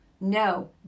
no